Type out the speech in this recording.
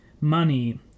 money